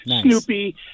Snoopy